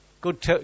good